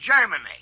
Germany